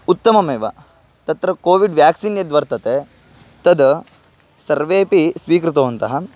उत्तममेव तत्र covid vaccine यद्वर्तते तद् सर्वेपि स्वीकृतवन्तः